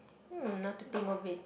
not to think of it